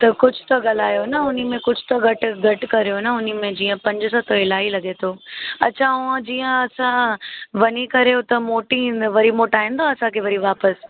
त कुझु त ॻाल्हायो न उनमें कुझु त घटि घटि करियो न उनमें जीअं पंज सौ त इलाही लॻे थो अच्छा हूअं जीअं असां वञी करे हुतां मोटी ईंदा वरी मोटाईंदा असांखे वरी वापिसि